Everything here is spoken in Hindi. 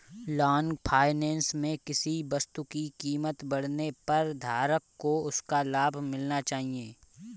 लॉन्ग फाइनेंस में किसी वस्तु की कीमत बढ़ने पर धारक को उसका लाभ मिलना चाहिए